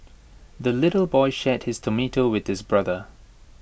the little boy shared his tomato with his brother